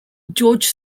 george